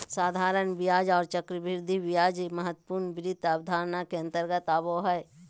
साधारण ब्याज आर चक्रवृद्धि ब्याज महत्वपूर्ण वित्त अवधारणा के अंतर्गत आबो हय